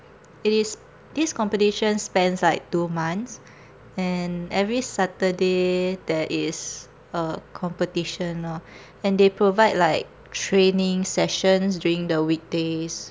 it is this competition spans like two months and every saturday there is a competition orh and they provide like training sessions during the weekdays